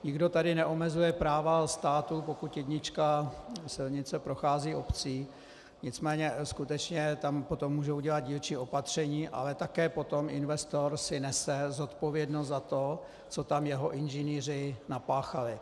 Nikdo tady neomezuje práva státu, pokud jednička silnice prochází obcí, nicméně skutečně tam potom můžou dělat dílčí opatření, ale také potom investor si nese zodpovědnost za to, co tam jeho inženýři napáchali.